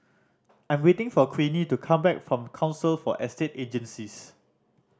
I'm waiting for Queenie to come back from Council for Estate Agencies